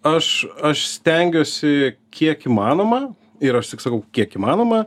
aš aš stengiuosi kiek įmanoma ir aš tik sakau kiek įmanoma